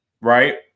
Right